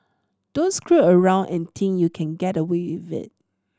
don't screw around and think you can get away with it